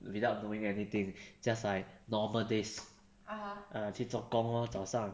without knowing anything just like normal days ah 去做工 lor 早上